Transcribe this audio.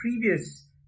previous